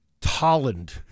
Tolland